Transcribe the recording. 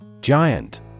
Giant